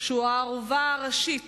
שהוא הערובה הראשית